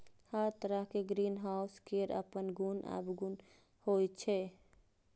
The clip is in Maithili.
हर तरहक ग्रीनहाउस केर अपन गुण अवगुण होइ छै